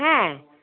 হ্যাঁ